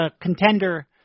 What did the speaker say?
contender